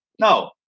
no